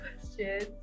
questions